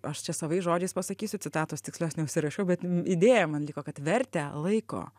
aš čia savais žodžiais pasakysiu citatos tikslios neužsirašiau bet idėja man liko kad vertę laiko